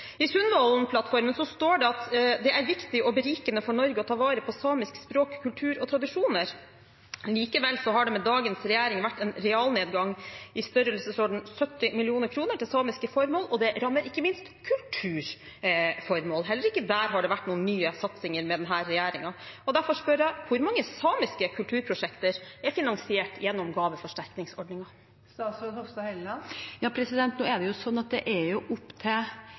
det er veldig dumt. I Sundvolden-plattformen står det: «Det er viktig og berikende for Norge å ta vare på samisk språk, kultur og tradisjoner.» Likevel har det med dagens regjering vært en realnedgang i størrelsesorden 70 mill. kr til samiske formål, og det rammer ikke minst kulturformål. Heller ikke der har det vært noen nye satsinger med denne regjeringen. Derfor spør jeg: Hvor mange samiske kulturprosjekter er finansiert gjennom gaveforsterkningsordningen? Nå er det jo opp til giverne selv å avgjøre hvem de vil gi til, og det er